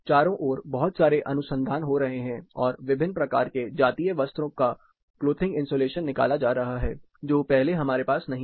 चारों ओर बहुत सारे अनुसंधान हो रहे हैं और विभिन्न प्रकार के जातीय वस्त्रों का क्लोथिंग इंसुलेशन निकाला जा रहा है जो पहले हमारे पास नहीं था